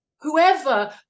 Whoever